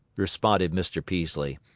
responded mr. peaslee.